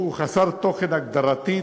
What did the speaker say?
שהוא חסר תוכן, הגדרתית,